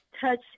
touch